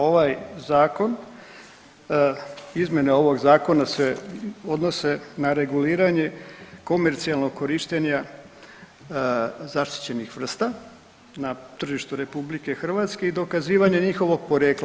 Ovaj zakon, izmjene ovog zakona se odnose na reguliranje komercijalnog korištenja zaštićenih vrsta na tržištu RH i dokazivanje njihovog porijekla.